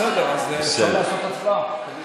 בסדר, אז אפשר לעשות הצבעה.